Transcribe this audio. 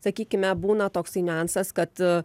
sakykime būna toksai niuansas kad